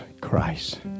christ